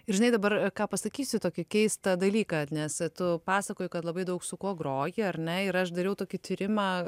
ir žinai dabar ką pasakysiu tokį keistą dalyką nes tu pasakoji kad labai daug su kuo groji ar ne ir aš dariau tokį tyrimą